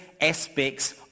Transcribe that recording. aspects